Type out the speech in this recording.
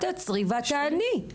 את תעצרי ותעני.